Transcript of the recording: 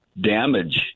damage